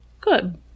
Good